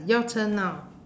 your turn now